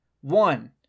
One